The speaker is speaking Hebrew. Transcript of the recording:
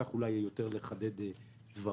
צריך אולי יותר לחדד דברים.